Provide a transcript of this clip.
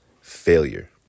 failure